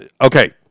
okay